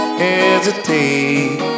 hesitate